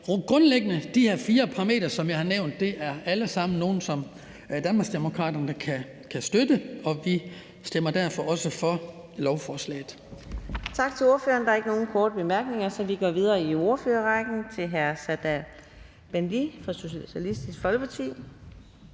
Grundlæggende er de fire parametre, som jeg har nævnt her, nogle, som Danmarksdemokraterne kan støtte, og vi stemmer derfor også for lovforslaget.